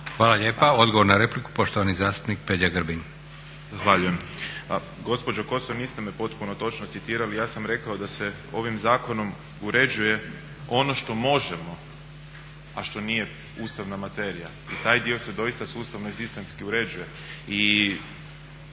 Hvala lijepa. Odgovor na repliku, poštovani zastupnik Peđa Grbin. **Grbin, Peđa (SDP)** Zahvaljujem. Pa gospođo Kosor niste me potpuno točno citirali, ja sam rekao da se ovim zakonom uređuje ono što možemo a što nije ustavna materija i taj dio se doista sustavno i sistemski uređuje.